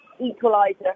equaliser